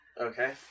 Okay